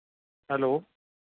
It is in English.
hello